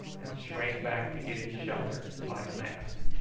and shrank back to get in shelter by the mast.